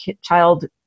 child